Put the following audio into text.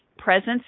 Presence